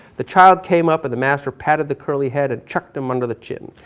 the child came up and the master patted the curly head and chucked him under the chin.